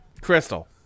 Crystal